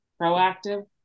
proactive